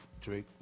Drake